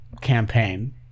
campaign